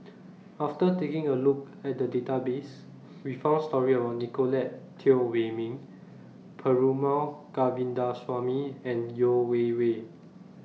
after taking A Look At The Database We found stories about Nicolette Teo Wei Min Perumal Govindaswamy and Yeo Wei Wei